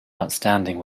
outstanding